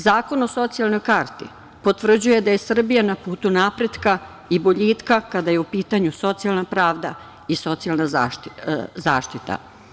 Zakon o socijalnoj karti potvrđuje da je Srbija na putu napretka i boljitka kada je u pitanju socijalna pravda i socijalna zaštita.